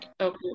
okay